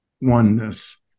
oneness